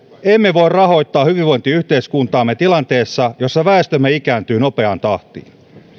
emme voi rahoittaa nykyistä hyvinvointiyhteiskuntaamme tilanteessa jossa väestömme ikääntyy nopeaan tahtiin